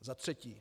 Za třetí.